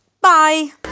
Bye